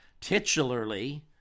titularly